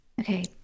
Okay